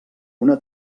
una